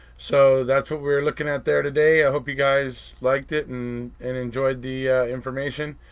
so that's what we were looking at there today. i hope you guys liked it and and enjoyed the information.